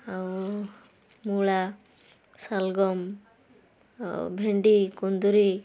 ଆଉ ମୂଳା ସାଲ୍ଗମ୍ ଆଉ ଭେଣ୍ଡି କୁନ୍ଦୁରି